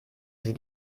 sie